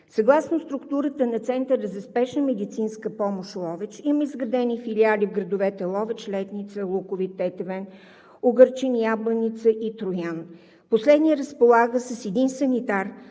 Съгласно структурата на Центъра за спешна медицинска помощ – Ловеч, има изградени филиали в градовете Ловеч, Летница, Луковит, Тетевен, Угърчин, Ябланица и Троян. Последният разполага с един санитар